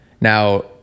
Now